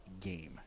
game